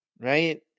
Right